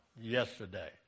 yesterday